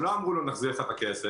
הם לא אמרו לו: נחזיר לך את הכסף,